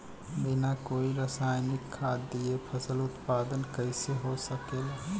बिना कोई रसायनिक खाद दिए फसल उत्पादन कइसे हो सकेला?